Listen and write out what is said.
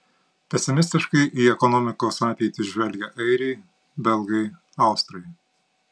pesimistiškai į ekonomikos ateitį žvelgia airiai belgai austrai